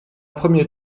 premier